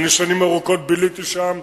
אני שנים ארוכות ביליתי שם,